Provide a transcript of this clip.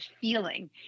feeling